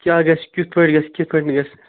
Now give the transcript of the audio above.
کیٛاہ گَژھِ کِتھٕ پٲٹھۍ گَژھِ کِتھٕ پٲٹھۍ نہٕ گَژھِ